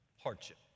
hardship